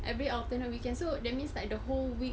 every afternoon we can so that means like the whole week